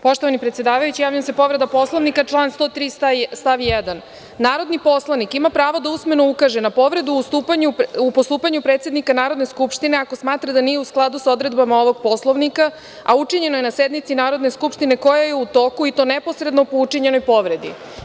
Poštovani predsedavajući, javljam se po povredi Poslovnika član 103. stav 1. Narodni poslanik ima pravo da usmeno ukaže na povredu u postupanju predsednika Narodne skupštine, ako smatra da nije u skladu sa odredbama ovog Poslovnika, a učinjeno je na sednici Narodne skupštine koja je u toku, i to neposredno po učinjenoj povredi.